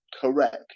correct